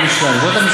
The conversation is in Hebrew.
אני גומר את המשנה.